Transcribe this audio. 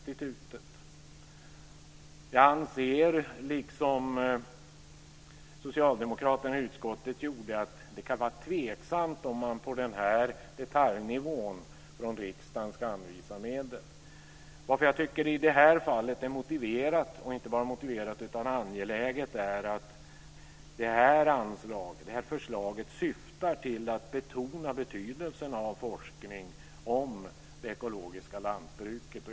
Vi anser liksom socialdemokraterna i utskottet att det kan vara tveksamt om man på den här detaljnivån från riksdagen ska anvisa medel. Vad jag tycker i det här fallet gör det motiverat, och inte bara motiverat utan angeläget, är att det här förslaget syftar till att betona betydelsen av forskning om det ekologiska lantbruket.